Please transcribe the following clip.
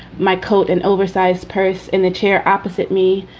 my coat and oversized purse in the chair opposite me,